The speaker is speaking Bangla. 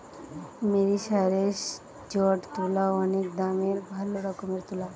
মেরিসারেসজড তুলা অনেক দামের ভালো রকমের তুলা